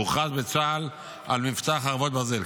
והוכרז בצה"ל על מבצע חרבות ברזל.